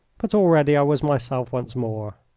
but already i was myself once more.